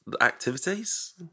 activities